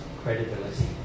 credibility